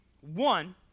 one